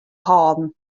hâlden